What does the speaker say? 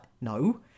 no